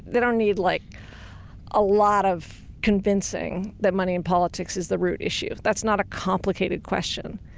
they don't need like a lot of convincing that money in politics is the root issue. that's not a complicated question.